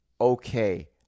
okay